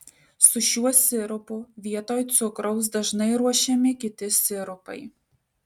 su šiuo sirupu vietoj cukraus dažnai ruošiami kiti sirupai